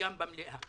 וגם במליאה.